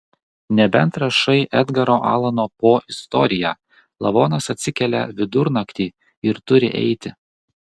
nebent rašai edgaro alano po istoriją lavonas atsikelia vidurnaktį ir turi eiti